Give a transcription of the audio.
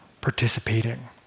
participating